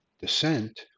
Descent